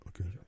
Okay